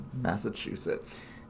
Massachusetts